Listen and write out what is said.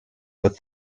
but